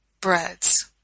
breads